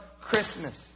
Christmas